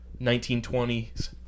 1920s